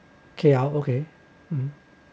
K_L okay um